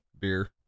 Beer